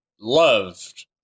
loved